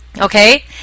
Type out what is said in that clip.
Okay